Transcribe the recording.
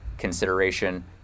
consideration